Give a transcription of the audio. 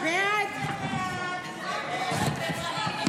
41 בעד, 56 נגד, 7 נוכחים.